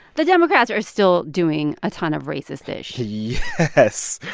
the democrats are still doing a ton of racist ish yeah yes.